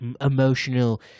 emotional